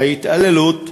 ההתעללות,